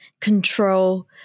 control